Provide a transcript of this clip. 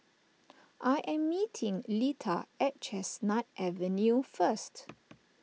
I am meeting Leitha at Chestnut Avenue first